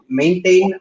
maintain